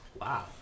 Wow